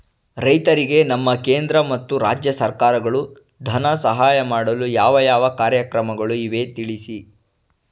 ರೈತರಿಗೆ ನಮ್ಮ ಕೇಂದ್ರ ಮತ್ತು ರಾಜ್ಯ ಸರ್ಕಾರಗಳು ಧನ ಸಹಾಯ ಮಾಡಲು ಯಾವ ಯಾವ ಕಾರ್ಯಕ್ರಮಗಳು ಇವೆ ತಿಳಿಸಿ?